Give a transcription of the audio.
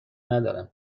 ندارم